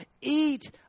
Eat